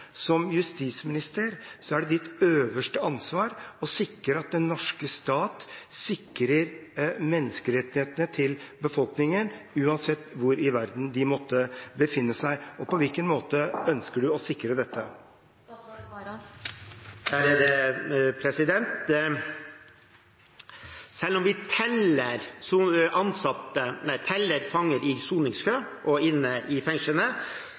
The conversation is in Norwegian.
Som justisminister er det statsrådens øverste ansvar å sikre at den norske stat sikrer menneskerettighetene til befolkningen, uansett hvor i verden de måtte befinne seg. På hvilken måte ønsker justisministeren å sikre dette? Selv om vi teller fanger i soningskø og inne i fengslene,